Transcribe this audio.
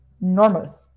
normal